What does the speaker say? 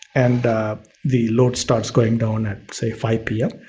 and the the load starts going down at say five p m.